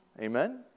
Amen